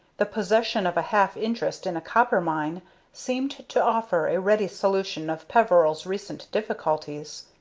the possession of a half-interest in a copper mine seemed to offer a ready solution of peveril's recent difficulties.